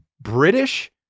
British